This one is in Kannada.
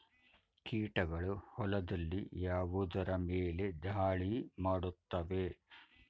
ಕೀಟಗಳು ಹೊಲದಲ್ಲಿ ಯಾವುದರ ಮೇಲೆ ಧಾಳಿ ಮಾಡುತ್ತವೆ?